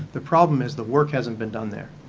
the problem is the work hasn't been done there.